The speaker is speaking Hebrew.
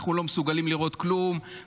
אנחנו לא מסוגלים לראות כלום,